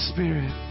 Spirit